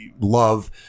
love